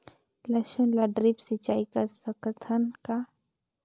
लसुन ल ड्रिप सिंचाई कर सकत हन का?